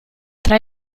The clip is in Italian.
tra